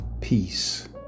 Peace